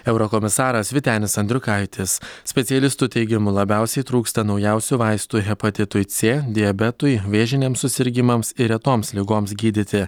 eurokomisaras vytenis andriukaitis specialistų teigimu labiausiai trūksta naujausių vaistų hepatitui c diabetui vėžiniams susirgimams ir retoms ligoms gydyti